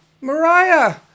Mariah